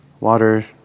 water